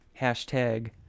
Hashtag